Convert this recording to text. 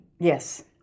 Yes